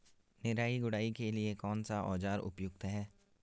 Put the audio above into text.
निराई गुड़ाई के लिए कौन सा औज़ार उपयुक्त है?